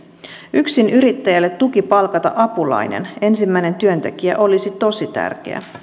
yksinyrittäjälle tuki palkata apulainen ensimmäinen työntekijä olisi tosi tärkeä